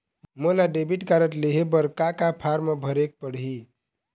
मोला debit card लेहे बर का का फार्म भरेक पड़ही?